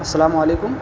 السلام علیکم